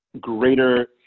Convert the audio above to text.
greater